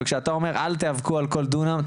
כשאתה אילן אומר אל תאבקו על כל דונם,